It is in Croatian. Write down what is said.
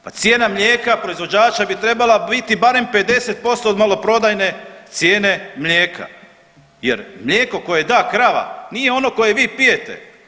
Pa cijena mlijeka proizvođača bi trebala biti barem 50% od maloprodajne cijene mlijeka jer mlijeko koje da krava nije ono koje vi pijete.